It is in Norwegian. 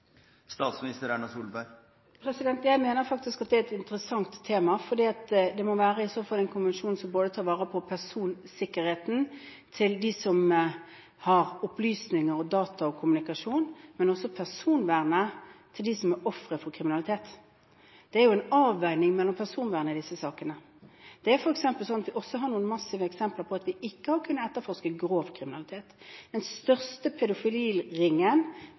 Jeg mener at det er et interessant tema fordi det i så fall må være en konvensjon som tar vare på personsikkerheten til dem som har opplysninger og data om kommunikasjon, men også personvernet til dem som er ofre for kriminalitet. Det er en avveining mellom personvernet i disse sakene. Vi har også noen massive eksempler på at vi ikke har kunnet etterforske grov kriminalitet. Den største pedofiliringen